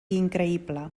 increïble